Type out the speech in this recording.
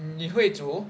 你会煮